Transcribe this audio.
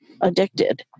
addicted